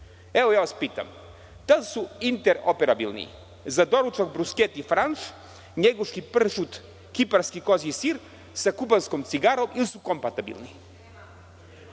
Evo pitam vas, da li su interoperabilni za doručak „brusketi Franš“, njeguški pršut, kiparski kozji sir, sa kubanskom cigarom ili su kompatibilni? Zar